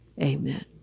Amen